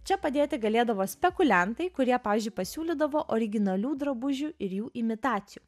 čia padėti galėdavo spekuliantai kurie pavyzdžiui pasiūlydavo originalių drabužių ir jų imitacijų